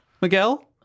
Miguel